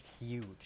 huge